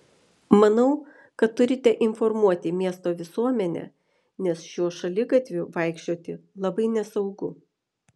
manau kad turite informuoti miesto visuomenę nes šiuo šaligatviu vaikščioti labai nesaugu